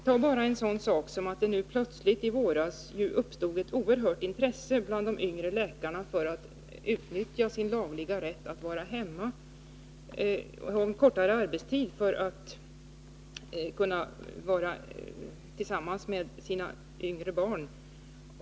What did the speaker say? Ta bara en sådan sak som att det i våras plötsligt uppstod ett oerhört intresse bland de yngre läkarna för att utnyttja sin lagliga rätt till kortare arbetstid för att kunna vara tillsammans med sina barn.